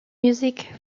music